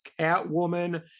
Catwoman